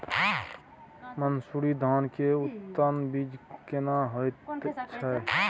मन्सूरी धान के उन्नत बीज केना होयत छै?